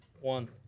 One